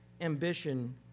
ambition